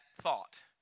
thought